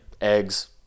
eggs